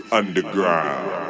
underground